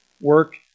work